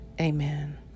Amen